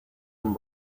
and